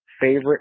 favorite